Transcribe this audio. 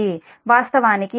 వాస్తవానికి ఇది M p